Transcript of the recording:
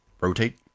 rotate